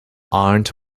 aren’t